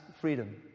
freedom